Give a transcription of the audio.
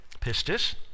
pistis